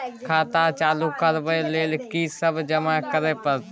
खाता चालू करबै लेल की सब जमा करै परतै?